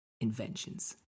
inventions